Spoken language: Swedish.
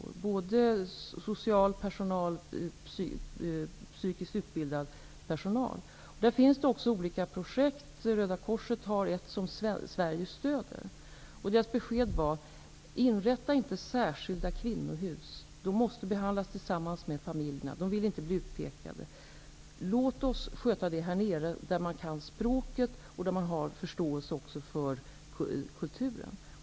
Det finns både socialarbetare och psykiskt utbildad personal. Det finns också olika projekt, bl.a. ett som drivs av Röda korset och som stöds av Sverige. Beskedet därifrån var: Inrätta inte särskilda kvinnohus. Kvinnorna måste behandlas tillsammans med familjerna. De vill inte bli utpekade. Låt oss sköta detta här nere, där man kan språket och har förståelse också för kulturen.